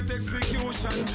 execution